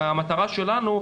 המטרה שלנו,